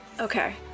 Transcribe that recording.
Okay